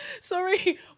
Sorry